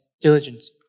diligence